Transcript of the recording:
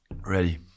Ready